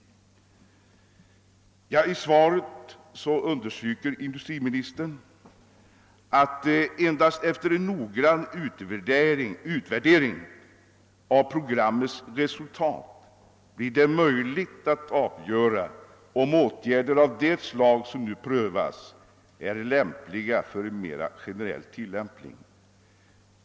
I svaret på min interpellation understryker industriministern att endast efter en noggrann utvärdering av programmets resultat blir det möjligt att avgöra om åtgärder av det slag som nu prövas är lämpliga för en mera generell tillämpning.